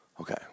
Okay